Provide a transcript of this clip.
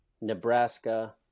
Nebraska